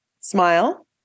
smile